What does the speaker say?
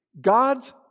God's